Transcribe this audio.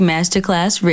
Masterclass